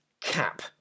cap